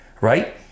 right